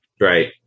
right